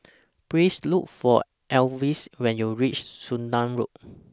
Please Look For Elvis when YOU REACH Sudan Road